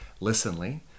Listenly